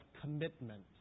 commitment